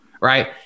right